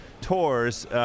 tours